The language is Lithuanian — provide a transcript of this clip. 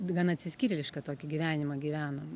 gan atsiskyrėlišką tokį gyvenimą gyvenom